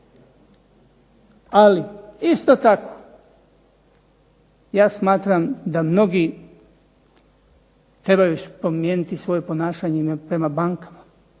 Ali isto tako ja smatram da mnogi trebaju promijeniti svoje ponašanje prema bankama.